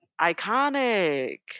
Iconic